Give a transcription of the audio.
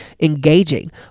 engaging